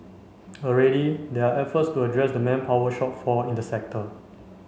already there are efforts to address the manpower shortfall in the sector